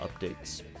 updates